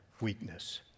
weakness